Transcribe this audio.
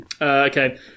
Okay